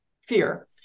fear